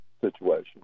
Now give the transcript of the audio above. situation